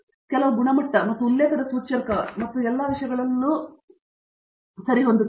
ಮತ್ತು ನೀವು ಕೆಲವು ಗುಣಮಟ್ಟ ಮತ್ತು ಉಲ್ಲೇಖದ ಸೂಚ್ಯಂಕವನ್ನು ಮತ್ತು ಎಲ್ಲ ವಿಷಯಗಳಲ್ಲೂ ಚಿತ್ರದೊಳಗೆ ತರುತ್ತಿದ್ದೀರಿ ಎಂದು ನೀವು ಹೇಳಬಹುದು